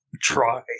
try